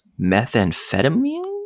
Methamphetamine